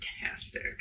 Fantastic